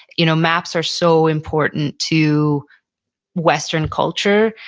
you know maps are so important to western culture.